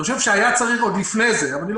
אני חושב שהיה צריך עוד לפני זה,